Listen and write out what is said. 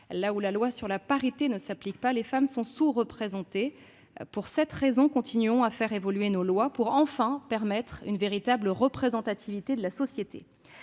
là où la loi sur la parité ne s'applique pas, les femmes sont sous-représentées. Dès lors, continuons à faire évoluer nos lois pour enfin permettre une véritable représentativité de la société